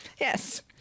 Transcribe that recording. Yes